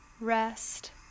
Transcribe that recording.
rest